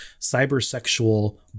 cyber-sexual